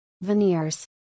veneers